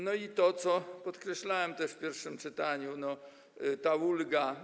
No i to, co podkreślałem też w pierwszym czytaniu - ta ulga.